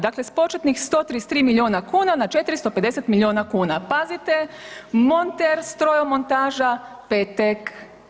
Dakle, s početnih 133 miliona kuna na 450 miliona kuna, pazite Monter, Stojomontaža, Petek.